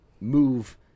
move